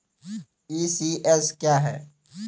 ECS क्या है?